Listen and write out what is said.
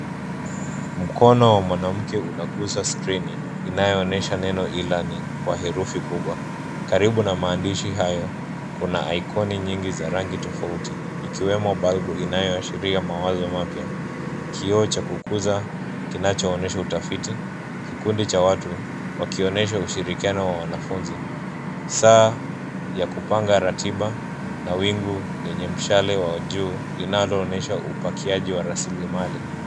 Mkono wa mwanamke unagusa skrini inaonyesha neno E-LEARNING kwa herufi kubwa. Karibu na maandishi hayo kuna ikoni nyingi za rangi tofauti ikiwemo balbu inayoashiria mawazo mapya. Kioo cha kukuza kinacho onyesha utafiti. Kikundi cha watu wakionyesha ushirikiano wa wanafunzi. Saa ya kupanga ratiba na wingu lenye mshale wa juu linaloonyesha upakiaji wa rasilimali.